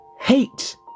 Hate